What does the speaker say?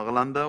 מר לנדאו?